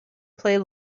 play